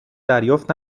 دریافت